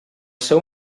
seu